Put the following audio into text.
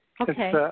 okay